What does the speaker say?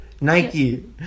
nike